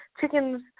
chickens